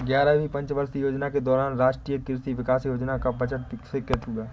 ग्यारहवीं पंचवर्षीय योजना के दौरान राष्ट्रीय कृषि विकास योजना का बजट स्वीकृत हुआ